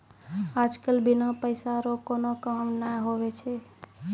आज कल बिना पैसा रो कोनो काम नै हुवै छै